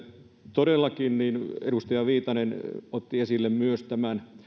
todellakin edustaja viitanen otti esille myös tämän